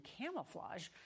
camouflage